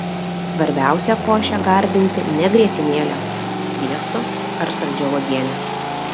svarbiausia košę gardinti ne grietinėle sviestu ar saldžia uogiene